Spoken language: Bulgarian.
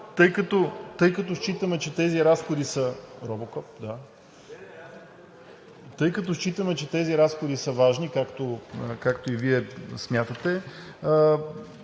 тъй като считаме, че тези разходи са важни, както и Вие смятате,